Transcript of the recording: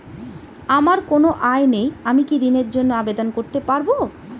আমার কোনো আয় নেই আমি কি ঋণের জন্য আবেদন করতে পারব?